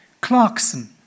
Clarkson